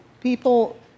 people